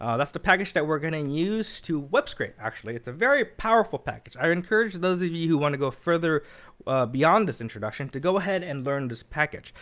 um that's the package that we're going to use to web scrape, actually. it's a very powerful package. i encourage those of you who want to go further beyond this introduction to go ahead and learn this package.